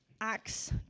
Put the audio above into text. Acts